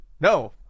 No